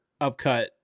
upcut